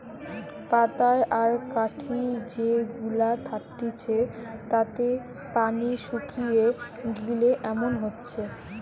পাতায় আর কাঠি যে গুলা থাকতিছে তাতে পানি শুকিয়ে গিলে এমন হচ্ছে